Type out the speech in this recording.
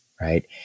right